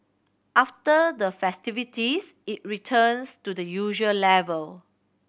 after the festivities it returns to the usual level